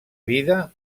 vida